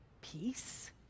peace